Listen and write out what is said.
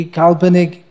kalpanik